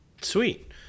Sweet